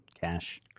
cash